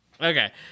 okay